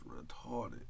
retarded